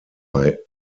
bei